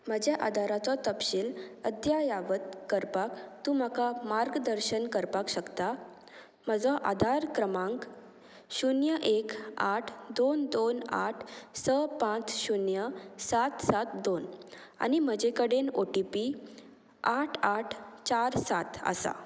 म्हज्या आदाराचो तपशील अध्यावत करपाक तूं म्हाका मार्गदर्शन करपाक शकता म्हजो आधार क्रमांक शुन्य एक आठ दोन दोन आठ स पांच शुन्य सात सात दोन आनी म्हजे कडेन ओ टी पी आठ आठ चार सात आसा